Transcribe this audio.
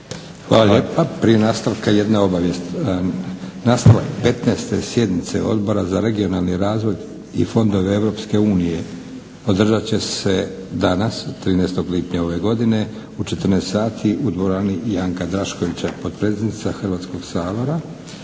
Hvala lijepa. Prije nastavka jedna obavijest. Nastavak 15.sjednice Odbora za regionalni razvoj i fondove Europske unije održat će se danas 13.lipnja ove godine u 14,00 sati u dvorani Janka Draškovića potpredsjednica Hrvatskog sabora